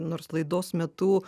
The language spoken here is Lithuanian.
nors laidos metu